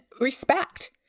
respect